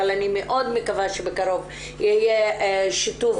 אבל אני מאוד מקווה שבקרוב יהיה שיתוף